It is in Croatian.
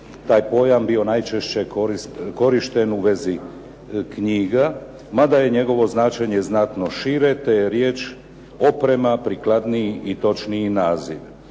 taj pojam bio najčešće korišten u vezi knjiga, mada je njegovo značenje znatno šire te je riječ oprema prikladniji i točniji naziv.